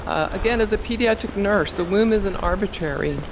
ah again, as a pediatric nurse, the womb isn't arbitrary.